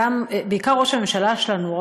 בעיקר ראש הממשלה שלנו,